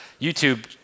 YouTube